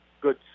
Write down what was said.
good